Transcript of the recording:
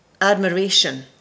admiration